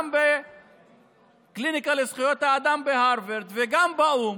גם בקליניקה לזכויות אדם בהרווארד וגם באו"ם,